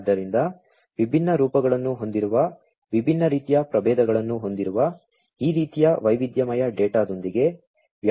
ಆದ್ದರಿಂದ ವಿಭಿನ್ನ ರೂಪಗಳನ್ನು ಹೊಂದಿರುವ ವಿಭಿನ್ನ ರೀತಿಯ ಪ್ರಭೇದಗಳನ್ನು ಹೊಂದಿರುವ ಈ ರೀತಿಯ ವೈವಿಧ್ಯಮಯ ಡೇಟಾದೊಂದಿಗೆ ವ್ಯವಹರಿಸಬೇಕು